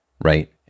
right